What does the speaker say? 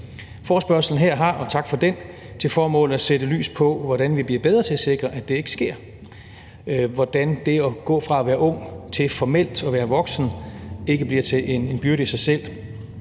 Forespørgslen her – og tak for den – har til formål at sætte lys på, hvordan vi bliver bedre til at sikre, at det ikke sker, og hvordan det at gå fra at være ung til formelt at være voksen ikke bliver til en byrde i sig selv